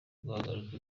guhagarika